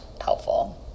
helpful